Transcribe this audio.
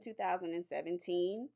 2017